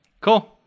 cool